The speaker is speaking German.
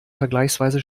vergleichsweise